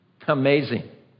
Amazing